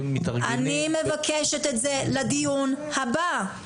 אני מבקשת את זה לדיון הבא.